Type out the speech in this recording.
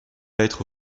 être